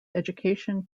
education